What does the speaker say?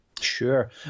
Sure